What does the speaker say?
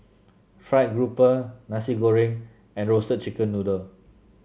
fried grouper Nasi Goreng and Roasted Chicken Noodle